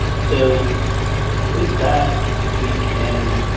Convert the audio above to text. so with that we can